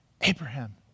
Abraham